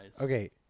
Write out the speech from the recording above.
Okay